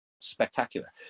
spectacular